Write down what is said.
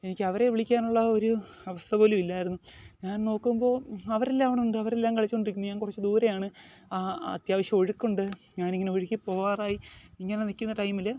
എനിക്ക് അവരെ വിളിക്കാനുള്ള ഒരു അവസ്ഥ പോലും ഇല്ലായിരുന്നു ഞാൻ നോക്കുമ്പോൾ അവരെല്ലാം അവിടെ ഉണ്ട് അവരെല്ലാം കളിച്ചു കൊണ്ടിരിക്കുന്നു ഞാൻ കുറച്ച് ദൂരെയാണ് അത്യാവശ്യം ഒഴുക്കുണ്ട് ഞാൻ അങ്ങനെ ഒഴുകിപ്പോകാറായി ഇങ്ങനെ നിൽക്കുന്ന ടൈമിൽ